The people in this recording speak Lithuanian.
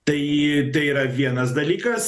tai tai yra vienas dalykas